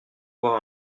voir